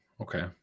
Okay